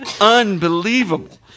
unbelievable